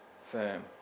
firm